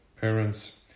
parents